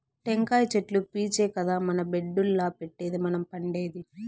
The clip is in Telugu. టెంకాయ చెట్లు పీచే కదా మన బెడ్డుల్ల పెట్టేది మనం పండేది